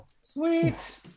Sweet